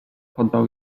podał